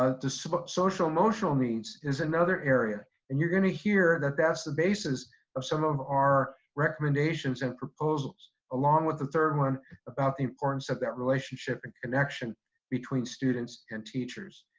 ah the so but social emotional needs is another area. and you're gonna hear that that's the basis of some of our recommendations and proposals along with the third one about the importance of that relationship and connection between students and teachers.